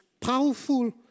powerful